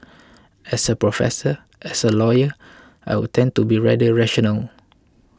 as a professor as a lawyer I would tend to be rather rational